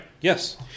Yes